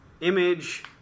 Image